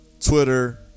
twitter